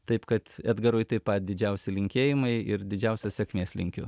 taip kad edgarui taip pat didžiausi linkėjimai ir didžiausios sėkmės linkiu